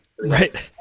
Right